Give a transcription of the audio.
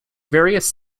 various